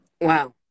Wow